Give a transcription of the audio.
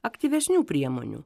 aktyvesnių priemonių